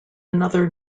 another